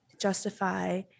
justify